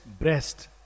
breast